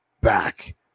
back